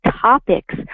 topics